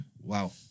Wow